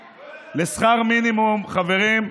חברים,